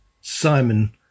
Simon